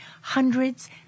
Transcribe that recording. Hundreds